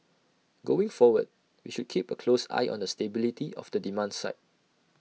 going forward we should keep A close eye on the stability of the demand side